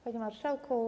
Panie Marszałku!